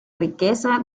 riqueza